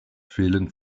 fehlen